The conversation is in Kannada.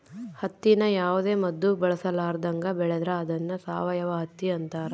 ಹತ್ತಿನ ಯಾವುದೇ ಮದ್ದು ಬಳಸರ್ಲಾದಂಗ ಬೆಳೆದ್ರ ಅದ್ನ ಸಾವಯವ ಹತ್ತಿ ಅಂತಾರ